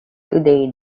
today